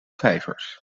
vijvers